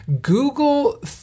Google